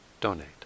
donate